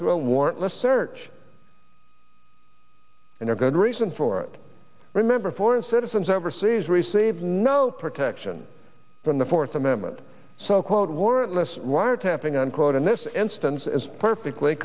through a warrantless search and a good reason for it remember foreign citizens overseas receive no protection from the fourth amendment so called warrantless wiretapping unquote in this instance is perfectly